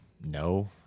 no